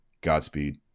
Godspeed